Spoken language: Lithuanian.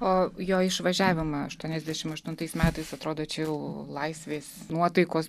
o jo išvažiavimą aštuoniasdešimt aštuntais metais atrodo čia jau laisvės nuotaikos